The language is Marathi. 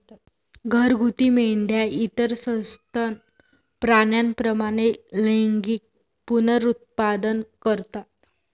घरगुती मेंढ्या इतर सस्तन प्राण्यांप्रमाणे लैंगिक पुनरुत्पादन करतात